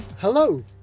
Hello